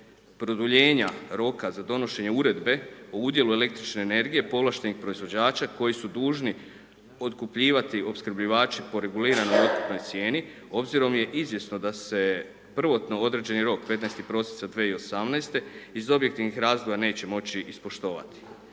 produljenje roka za donošenje Uredbe o udjelu električne energije povlaštenih proizvođača koji su dužni otkupljivati opskrbljivače po reguliranoj otkupnoj cijeni obzirom je izvjesno da se prvotno određeni rok, 15. prosinca 2018., iz objektivnih razloga neće moći ispoštovati.